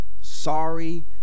sorry